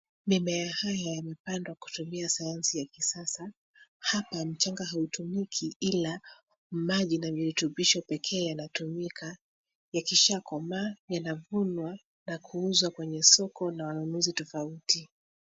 Mimea haya yamepandwa kutumia sayansi ya kisasa. Hapa mchanga hautumiki ila maji na virutubisho pekee yanatumika. Yakisha komaa yanavunwa na kuuzwa kwenye soko la wanunuzi tofauti.